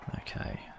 Okay